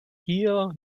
hier